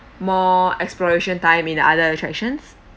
more exploration time in other attractions